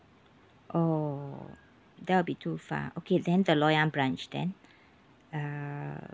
oh that will be too far okay then the loyang branch then uh